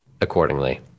accordingly